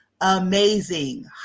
amazing